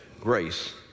grace